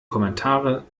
kommentare